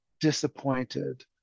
disappointed